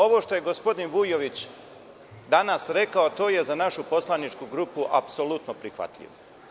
Ovo što je gospodin Vujović danas rekao to je za našu poslaničku grupu apsolutno prihvatljivo.